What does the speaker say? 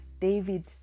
david